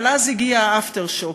אבל אז הגיע ה"אפטר שוק".